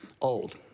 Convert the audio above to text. old